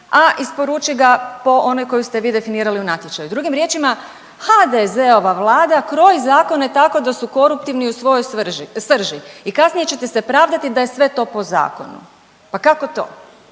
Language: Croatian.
a isporuči ga po onoj koju ste vi definirali u natječaju. Drugim riječima HDZ-ova vlada kroji zakone tako da su koruptivni u svojoj svrži, srži. I kasnije ćete se pravdati da je sve to po zakonu. Pa kako to?